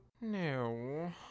No